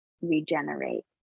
regenerate